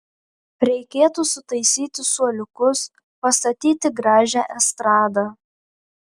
reikėtų sutaisyti suoliukus pastatyti gražią estradą